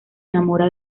enamora